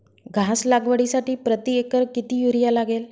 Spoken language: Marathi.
घास लागवडीसाठी प्रति एकर किती युरिया लागेल?